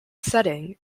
setting